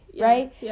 right